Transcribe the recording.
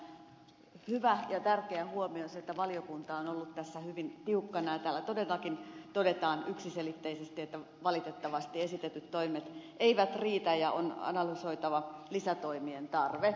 minusta on hyvä ja tärkeä huomio että valiokunta on ollut tässä hyvin tiukkana ja täällä todetaan yksiselitteisesti että valitettavasti esitetyt toimet eivät riitä ja on analysoitava lisätoimien tarve